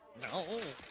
No